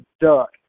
duck